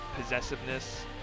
possessiveness